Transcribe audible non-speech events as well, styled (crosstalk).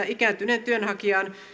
(unintelligible) ikääntyneen työnhakijan